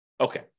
Okay